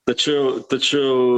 tačiau tačiau